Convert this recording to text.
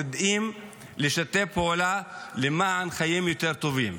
ידעו לשתף פעולה למען חיים יותר טובים.